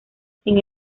sin